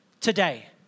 today